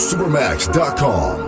Supermax.com